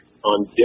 on